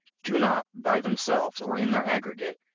do not, by themselves or in their aggregate,